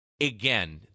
Again